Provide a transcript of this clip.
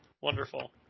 Wonderful